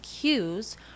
cues